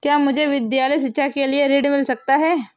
क्या मुझे विद्यालय शिक्षा के लिए ऋण मिल सकता है?